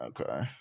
okay